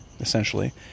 essentially